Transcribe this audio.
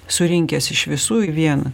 surinkęs iš visų į vieną